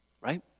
Right